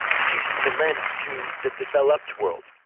ceases to lend to the developed world.